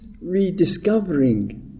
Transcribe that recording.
rediscovering